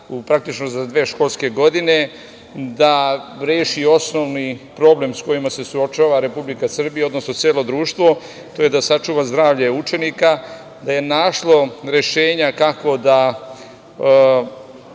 praktično za dve školske godine, da reši osnovni problem s kojim se suočava Republika Srbija, odnosno celo društvo, to je da sačuva zdravlje učenika, da je našlo rešenje kako da